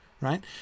right